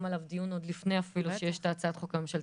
עליו דיון עוד לפני אפילו שיש את הצעת החוק הממשלתית.